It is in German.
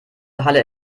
halle